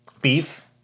Beef